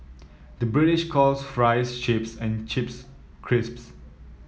the British calls fries chips and chips crisps